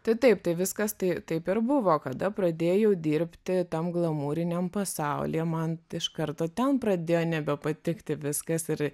tai taip tai viskas tai taip ir buvo kada pradėjau dirbti tam glamūriniam pasauly man iš karto ten pradėjo nebepatikti viskas ir